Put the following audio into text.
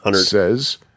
says